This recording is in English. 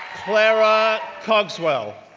clara cogswell,